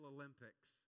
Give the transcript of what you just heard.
Olympics